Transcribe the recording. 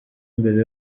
mbere